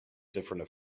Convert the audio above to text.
different